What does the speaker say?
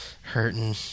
hurting –